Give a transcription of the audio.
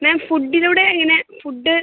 മാം ഫുഡിലൂടെ എങ്ങനെ ഫുഡ്ഡ്